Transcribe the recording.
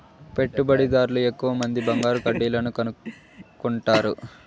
పెట్టుబడిదార్లు ఎక్కువమంది బంగారు కడ్డీలను కొనుక్కుంటారు